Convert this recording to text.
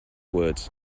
words